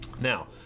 Now